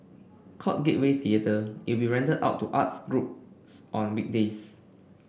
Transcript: called Gateway Theatre it will be rented out to arts groups on weekdays